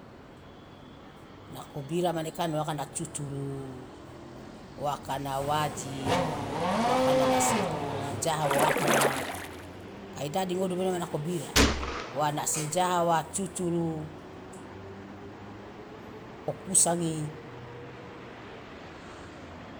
nako bira mane kan wakana cucuru wakana waji wakana nasi jaha wakana kai dadi ingodumu mene nako bira wa nasi jaha wa cucuru okusangi.